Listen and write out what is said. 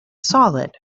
solid